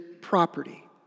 property